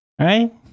Right